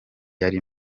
yari